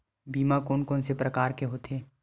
बीमा कोन कोन से प्रकार के होथे?